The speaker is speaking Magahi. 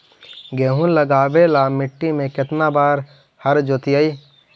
गेहूं लगावेल मट्टी में केतना बार हर जोतिइयै?